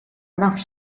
nafx